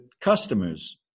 customers